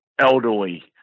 elderly